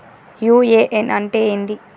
UAN అంటే ఏంది?